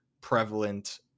prevalent